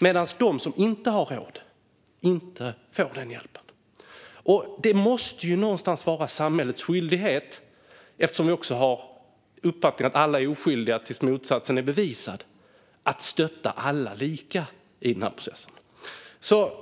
medan den som inte har råd inte kommer att få den. Men det måste någonstans vara samhällets skyldighet, eftersom vi har uppfattningen att alla är oskyldiga tills motsatsen är bevisad, att stötta alla på samma sätt i den här processen.